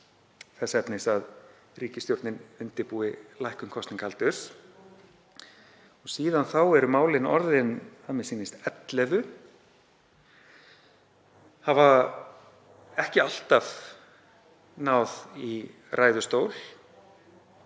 þess efnis að ríkisstjórnin undirbyggi lækkun kosningaaldurs. Síðan þá eru málin orðin að mér sýnist ellefu, hafa ekki alltaf náð í ræðustól